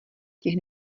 těch